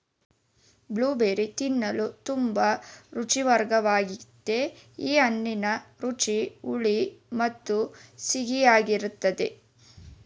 blueberry ತಿನ್ನಲು ತುಂಬಾ ರುಚಿಕರ್ವಾಗಯ್ತೆ ಈ ಹಣ್ಣಿನ ರುಚಿ ಹುಳಿ ಮತ್ತು ಸಿಹಿಯಾಗಿರ್ತದೆ